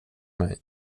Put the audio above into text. mig